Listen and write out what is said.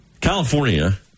California